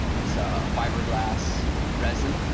it's a fiberglass resin.